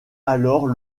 alors